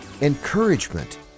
encouragement